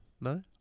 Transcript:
No